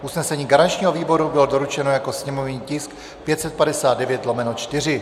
Usnesení garančního výboru bylo doručeno jako sněmovní tisk 559/4.